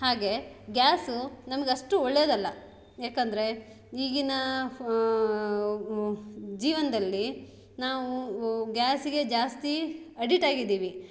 ಹಾಗೆ ಗ್ಯಾಸು ನಮ್ಗೆ ಅಷ್ಟು ಒಳ್ಳೆಯದಲ್ಲ ಯಾಕೆಂದ್ರೆ ಈಗಿನ ಜೀವನದಲ್ಲಿ ನಾವು ಉ ಗ್ಯಾಸಿಗೆ ಜಾಸ್ತಿ ಅಡಿಟ್ ಆಗಿದ್ದೀವಿ